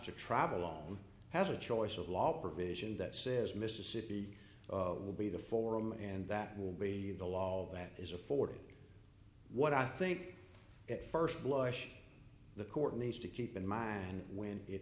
to travel on has a choice of law provision that says mississippi will be the forum and that will be the law all that is afforded what i think at first blush the court needs to keep in mind when